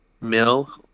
mill